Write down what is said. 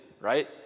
Right